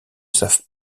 savent